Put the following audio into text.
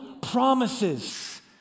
promises